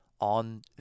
on